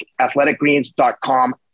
Athleticgreens.com